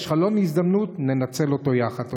יש חלון הזדמנות, ננצל אותו יחד.